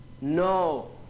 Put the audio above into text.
No